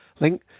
link